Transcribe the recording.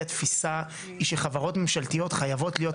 התפיסה היא שחברות ממשלתיות חייבות להיות רווחיות.